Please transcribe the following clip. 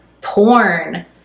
porn